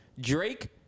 Drake